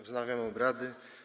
Wznawiam obrady.